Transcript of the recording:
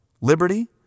Liberty